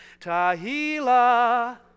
tahila